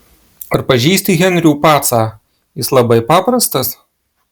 ar pažįsti henrių pacą jis labai paprastas